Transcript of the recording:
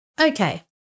Okay